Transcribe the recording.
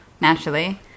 naturally